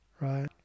right